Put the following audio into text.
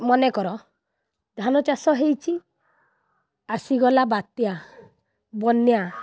ମନେକର ଧାନ ଚାଷ ହୋଇଛି ଆସିଗଲା ବାତ୍ୟା ବନ୍ୟା